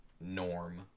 norm